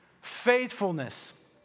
Faithfulness